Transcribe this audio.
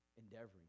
endeavoring